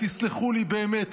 תסלחו לי באמת,